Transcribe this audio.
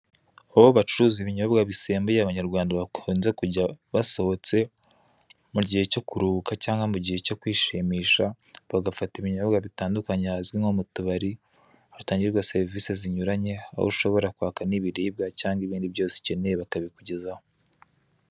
Aho bacuruza ibinyobwa bisembuye abanyarwanda bakunze kujya basohotse mu gihe cyo kuruhuka cyangwa mu gihe cyo kwishimisha bagafata ibinyobwa bitandukanye hazwi nko mu tubari, hatangirwa serivise zinyuranye aho ushobora kwaka n'ibiribwa cyangwa ibindi byose ukeneye bakabikugezaho.